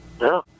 No